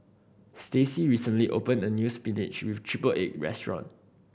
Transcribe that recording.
Stacey recently opened a new spinach with triple egg restaurant